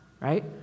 right